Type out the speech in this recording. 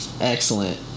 Excellent